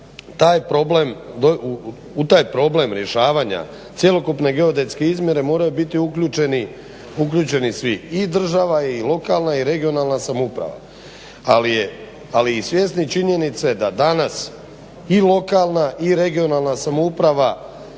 u taj problem rješavanja cjelokupne geodetske izmjere moraju biti uključeni svi, i država i lokalna i regionalna samouprava, ali i svjesni činjenice da danas i lokalna i regionalna samouprava